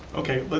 okay, but